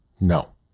No